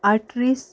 आट्रीस